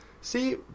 See